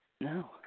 No